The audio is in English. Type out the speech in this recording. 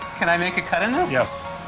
can i make a cut in this? yes.